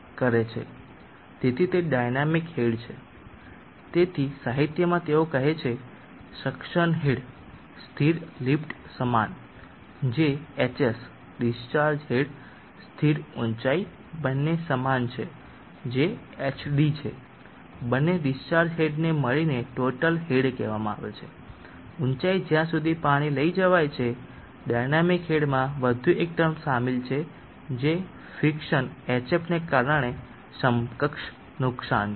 તેથી તે dynamic head છે તેથી સાહિત્યમાં તેઓ કહે છે સક્શન હેડ સ્થિર લિફ્ટ સમાન જે hs ડીસ્ચાર્જ હેડ સ્થિર ઊચાઇ બંને સમાન છે જે hd છે બને ડીસ્ચાર્જ હેડ ને મળીને ટોટલ હેડ કહેવામાં આવે છે ઉચાઇ જ્યાંસુધી પાણી લઇ જવાય છે ડાયનામિક હેડ માં વધુ એક ટર્મ શામેલ છે જે ફિક્શન hf ને કારણે સમકક્ષ નુકસાન છે